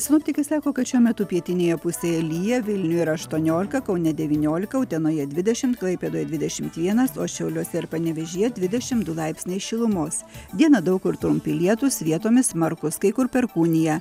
sinoptikai sako kad šiuo metu pietinėje pusėje lyja vilniuje yra aštuoniolika kaune devyniolika utenoje dvidešimt klaipėdoje dvidešimt vienas o šiauliuose ir panevėžyje dvidešimt du laipsniai šilumos dieną daug kur trumpi lietūs vietomis smarkūs kai kur perkūnija